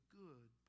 good